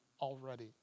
already